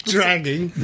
Dragging